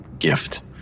gift